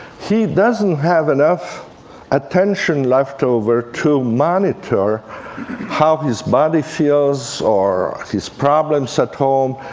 he doesn't have enough attention left over to monitor how his body feels, or his problems at home.